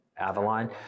Avalon